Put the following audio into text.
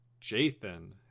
Jathan